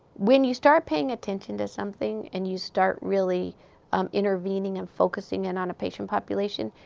when you start paying attention to something and you start really um intervening and focusing in on a patient population,